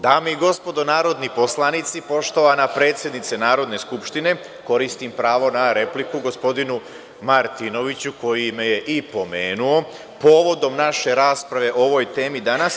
Dame i gospodo narodni poslanici, poštovana predsednice Narodne skupštine, koristim pravo na repliku gospodinu Martinoviću, koji me je i pomenuo, povodom naše rasprave o ovoj temi danas.